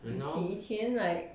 when 以前 like